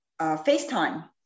FaceTime